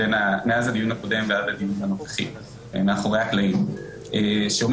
מאז הדיון הקודם ועד לדיון הנוכחי מאחורי הקלעים שאומרת,